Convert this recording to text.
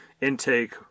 intake